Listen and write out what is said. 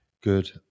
good